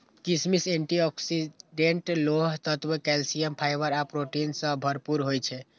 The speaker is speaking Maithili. किशमिश एंटी ऑक्सीडेंट, लोह तत्व, कैल्सियम, फाइबर आ प्रोटीन सं भरपूर होइ छै